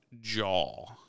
jaw